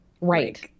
right